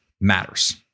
matters